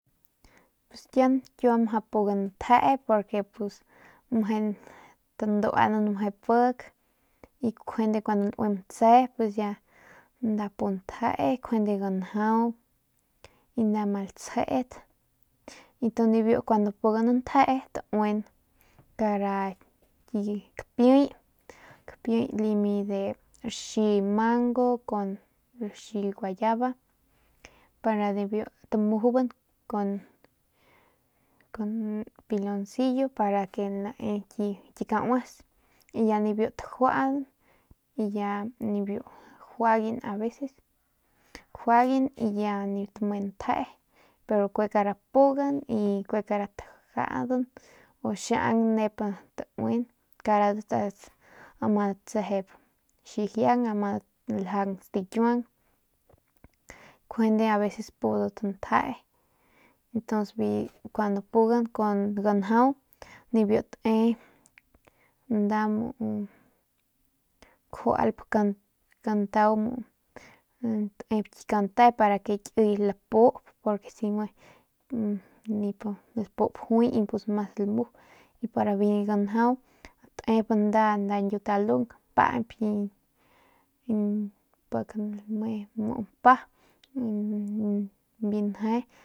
Pus kian kiua mjau pugan ntjee porque tanduanan meje pik y cuandu laue matse pus ya nda pu ntjee njuande ganjau y njuande latsjet y tu kun nibiu kun pugan ntjee taui kara ki kapiey kapiey lami de raxi mango kun raxi guayaba para nibiu tamujuban kun kun piloncillo para ke nae ki kauas ya nibiu tajuan y ya nibiu juaygan aveces juaygan y ya nip tamen ntjee pero kue kara pugan y kue kara tajadan y xiau nep taui karadat amadat tsep xijiang madat ljaung stikiuang juande aveces pudat njee ntuns bi kuandu pugan con ganjau nibiu te nda muu kjualp kantau tep ki kante para ke kiy lapup porque si me nip lapup juay y pus mas lamu y biu ganjau te nda ñkiutalung pañ pik lame mpa y ya mas.